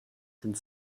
sind